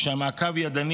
כשהמעקב ידני,